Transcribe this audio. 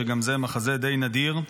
שגם זה מחזה די נדיר.